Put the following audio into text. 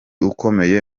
ukomeye